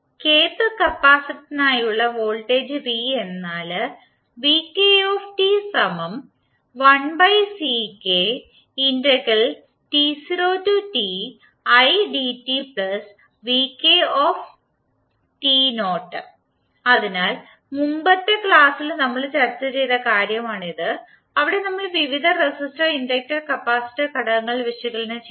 Kth കപ്പാസിറ്ററിനായുള്ള voltage v എന്നാൽ അതിനാൽ മുമ്പത്തെ ക്ലാസ്സിൽ നമ്മൾ ചർച്ച ചെയ്ത കാര്യമാണിത് അവിടെ നമ്മൾ വിവിധ റെസിസ്റ്റർ ഇൻഡക്റ്റർ കപ്പാസിറ്റർ ഘടകങ്ങൾ വിശകലനം ചെയ്തു